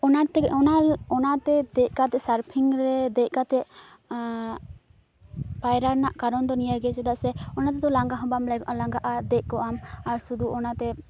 ᱚᱱᱟ ᱛᱮᱜᱮ ᱚᱱᱟ ᱚᱱᱟ ᱛᱮ ᱫᱮᱡ ᱠᱟᱛᱮ ᱥᱟᱨᱯᱷᱤᱝ ᱨᱮ ᱫᱮᱡ ᱠᱟᱛᱮ ᱯᱟᱭᱨᱟ ᱨᱮᱱᱟᱜ ᱠᱟᱨᱚᱱ ᱱᱤᱭᱟᱹ ᱜᱮ ᱪᱮᱫ ᱥᱮ ᱚᱱᱟ ᱛᱮᱫᱚ ᱞᱟᱜᱟ ᱦᱚᱸ ᱞᱟᱜᱟᱜᱼᱟ ᱫᱮᱡ ᱠᱚᱜᱼᱟᱢ ᱟᱨ ᱥᱩᱫᱷᱩ ᱚᱱᱟ ᱛᱮ